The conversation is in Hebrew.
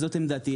זאת עמדתי.